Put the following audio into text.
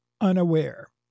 Unaware